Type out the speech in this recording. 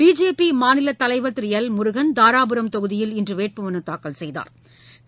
BJP மாநில தலைவர் திரு எல் முருகன் தாராபுரம் தொகுதியில் இன்று வேட்புமனு தாக்கல் செய்தாா்